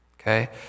okay